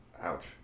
Ouch